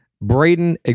Braden